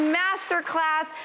masterclass